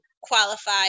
qualify